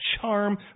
charm